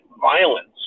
violence